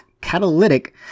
catalytic